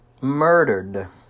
murdered